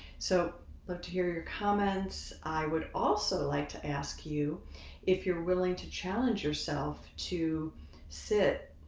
so love to hear your comments. i would also like to ask you if you're willing to challenge yourself to sit